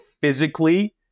physically